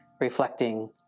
reflecting